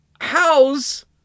house